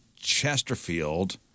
Chesterfield